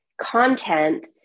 Content